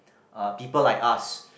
uh people like us